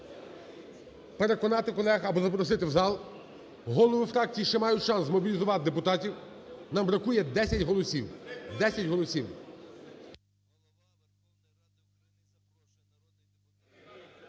переконати колег або запросити в зал, голови фракцій ще мають шанс змобілізувати депутатів, нам бракує 10 голосів, 10 голосів.